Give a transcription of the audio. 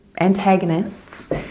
antagonists